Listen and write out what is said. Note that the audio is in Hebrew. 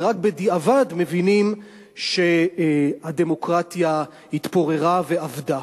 ורק בדיעבד מבינים שהדמוקרטיה התפוררה ואבדה.